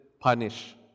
punish